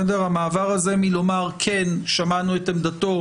המעבר הזה מלומר כן שמענו את עמדתו,